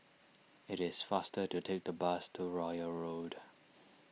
it is faster to take the bus to Royal Road